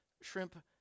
Shrimp